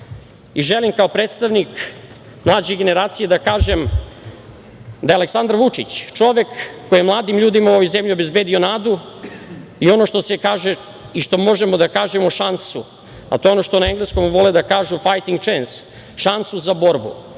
Želim da kao predstavnik mlađe generacije kažem, da je Aleksandar Vučić čovek koji je mladim ljudima u ovoj zemlji obezbedio nadu i ono što se kaže i što možemo da kažemo, šansu, a to je ono što na engleskom vole da kažu – fight for chance, šansu za borbu.